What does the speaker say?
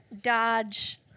dodge